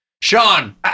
Sean